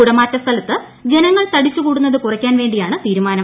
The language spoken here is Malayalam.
കുടമാറ്റ സ്ഥലത്ത് ജനങ്ങൾ തടിച്ചുകൂടുന്നത് കുറയ്ക്കാൻ വേണ്ടിയാണ് തീരുമാനം